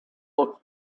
looked